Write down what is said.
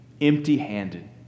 empty-handed